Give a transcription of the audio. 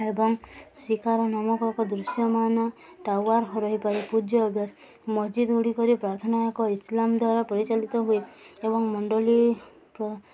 ଏବଂ ଶିକାର ନମକ ଏକ ଦୃଶ୍ୟମାନ ଟାୱାର ରହିପାରେ ପୂଜ୍ୟ ଅଭ୍ୟାସ ମସଜିଦ ଗୁଡ଼ିକରେ ପ୍ରାର୍ଥନା ଏକ ଇସଲାମ ଦ୍ୱାରା ପରିଚାଳିତ ହୁଏ ଏବଂ ମଣ୍ଡଳୀ